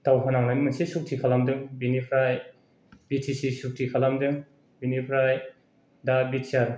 दावहा नांनानै मोनसे सुक्ति खालामदों बेनिफ्राय बि टि चि सुक्ति खालामदों बेनिफ्राय दा बि टि आर